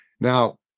Now